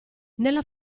nella